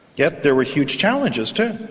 yet there were huge challenges too